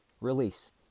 release